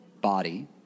body